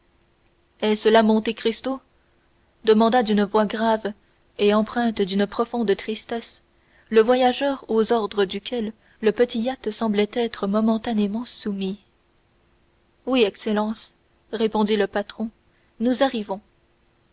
est-ce là monte cristo demanda d'une voix grave et empreinte d'une profonde tristesse le voyageur aux ordres duquel le petit yacht semblait être momentanément soumis oui excellence répondit le patron nous arrivons